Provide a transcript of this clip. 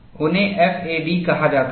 उन्हें FAD कहा जाता है